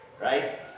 right